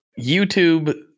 YouTube